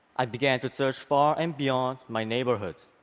i began to search far and beyond my neighborhood.